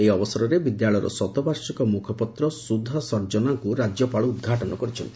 ଏହି ଅବସରରେ ବିଦ୍ୟାଳୟର ଶତବାର୍ଷିକ ମୁଖପତ୍ର ସୁଧା ସର୍ଜନାଙ୍କୁ ରାଜ୍ୟପାଳ ଉଦ୍ଘାଟନ କରିଛନ୍ତି